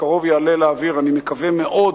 בקרוב יעלה לאוויר, אני מקווה מאוד,